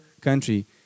country